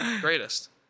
greatest